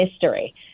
history